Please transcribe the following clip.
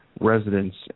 Residents